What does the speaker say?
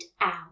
out